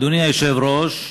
אדוני היושב-ראש,